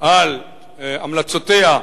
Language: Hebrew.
על המלצותיה,